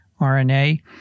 RNA